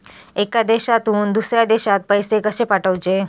एका देशातून दुसऱ्या देशात पैसे कशे पाठवचे?